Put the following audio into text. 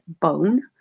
bone